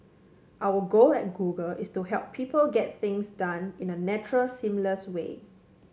our goal at Google is to help people get things done in a natural seamless way